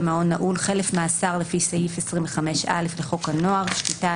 במעון נעול חלף מאסר לפי סעיף 25(א) לחוק הנוער (שפיטה,